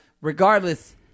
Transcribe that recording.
Regardless